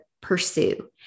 pursue